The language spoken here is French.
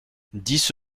dix